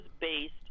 based